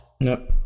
No